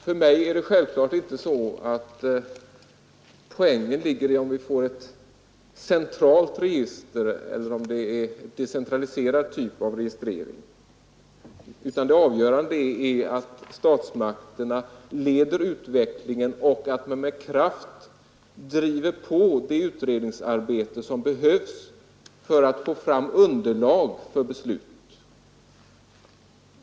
För mig är det självfallet inte så att poängen ligger i om vi får ett centralt register eller en decentraliserad typ av registrering, utan det avgörande är att statsmakterna leder utvecklingen och att man med kraft driver på det utredningsarbete som behövs för att få fram underlag för beslut.